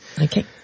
Okay